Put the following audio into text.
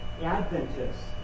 Adventists